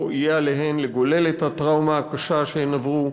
יהיה עליהן לגולל את הטראומה הקשה שהן עברו.